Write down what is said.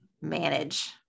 manage